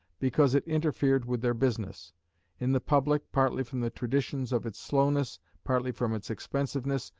because it interfered with their business in the public, partly from the traditions of its slowness, partly from its expensiveness,